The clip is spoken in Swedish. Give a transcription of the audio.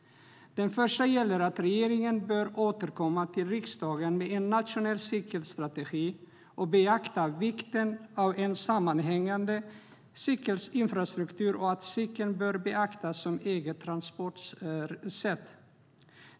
Det första gäller att regeringen bör återkomma till riksdagen med en nationell cykelstrategi och beakta vikten av en sammanhängande cykelinfrastruktur och att cykeln bör betraktas som eget transportsätt.